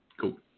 Cool